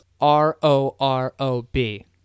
R-O-R-O-B